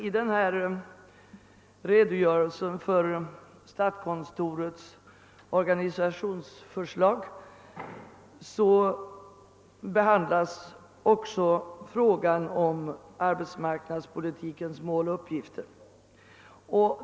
I redogörelsen för statskontorets organisationsförslag behandlas också frågan om arbetsmarknadspolitikens mål och uppgifter.